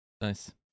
Nice